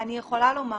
כן,